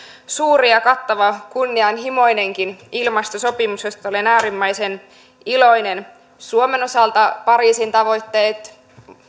suuri ja kattava kunnianhimoinenkin ilmastosopimus josta olen äärimmäisen iloinen suomen osalta pariisin tavoitteet